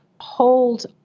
hold